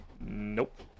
Nope